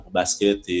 basket